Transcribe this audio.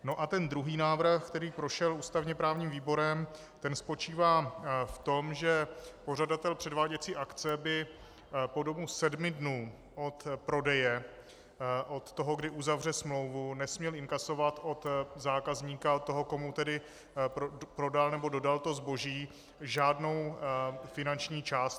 No a ten druhý návrh, který prošel ústavněprávním výborem, spočívá v tom, že pořadatel předváděcí akce by po dobu sedmi dnů od prodeje, od toho, kdy uzavře smlouvu, nesměl inkasovat od zákazníka, od toho, komu prodal nebo dodal zboží, žádnou finanční částku.